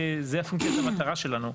זה אפילו מתייחס למטרה שלנו.